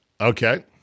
Okay